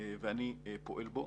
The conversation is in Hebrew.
ואני פועל בו,